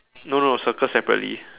no no circle separately